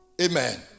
Amen